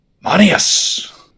Manius